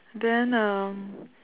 then um